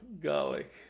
garlic